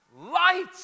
light